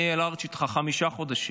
אני אהיה לארג' איתך, חמישה חודשים,